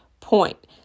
point